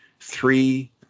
three